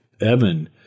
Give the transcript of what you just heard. Evan